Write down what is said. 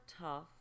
tough